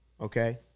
okay